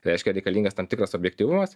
reiškia reikalingas tam tikras objektyvumas